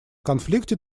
конфликте